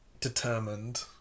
determined